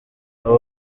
abo